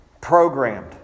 programmed